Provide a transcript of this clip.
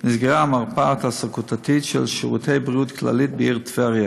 נסגרה המרפאה התעסוקתית של שירותי בריאות כללית בעיר טבריה.